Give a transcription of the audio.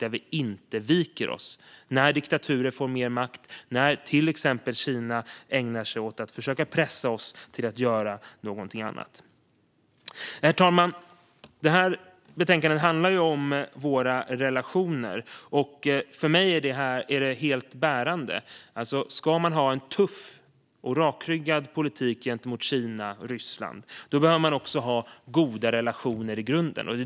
Vi får inte vika oss när diktaturer får mer makt, när till exempel Kina ägnar sig åt att försöka pressa oss att göra någonting annat. Herr talman! Det här betänkandet handlar om våra relationer. För mig är det helt bärande att om man ska ha en tuff och rakryggad politik gentemot Kina och Ryssland behöver man också ha goda relationer i grunden.